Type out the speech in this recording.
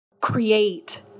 create